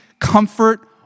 comfort